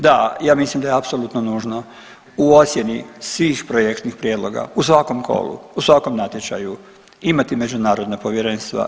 Da, ja mislim da je apsolutno nužno u ocijeni svih projektnih prijedloga u svakom kolu, u svakom natječaju imati međunarodna povjerenstva.